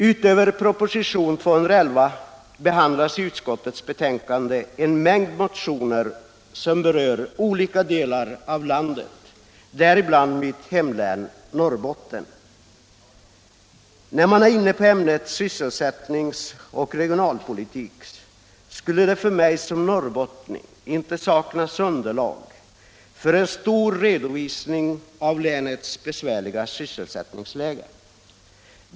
Utöver proposition 211 behandlas i utskottets betänkande en mängd motioner som berör olika delar av landet, däribland mitt hemlän Norrbotten. När vi är inne på ämnet sysselsättnings och regionalpolitik skulle jag som norrbottning inte sakna underlag för en stor redovisning av länets besvärliga sysselsättningsläge.